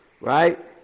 right